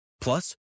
Plus